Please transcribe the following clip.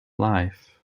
life